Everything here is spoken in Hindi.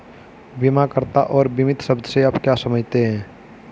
बीमाकर्ता और बीमित शब्द से आप क्या समझते हैं?